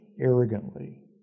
arrogantly